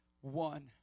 one